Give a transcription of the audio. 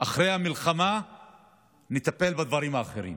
אחרי המלחמה נטפל בדברים האחרים.